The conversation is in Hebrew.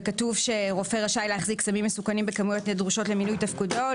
וכתוב שרופא רשאי להחזיק סמים מסוכנים בכמויות הדרושות למילוי תפקידו,